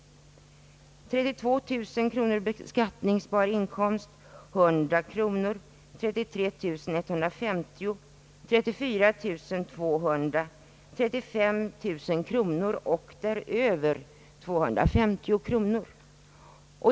Vid 32009 kronor i beskattningsbar inkomst blir uttaget 100 kronor, vid 33 000 kronor 150 kronor, vid 34000 kronor 200 kronor, vid 35 000 kronor och däröver 250 kronor.